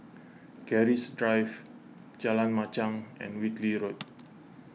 Keris Drive Jalan Machang and Whitley Road